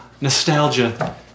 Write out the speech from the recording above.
nostalgia